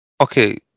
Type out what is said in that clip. Okay